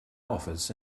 office